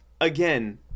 again